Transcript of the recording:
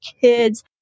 kids